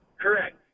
Correct